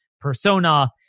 persona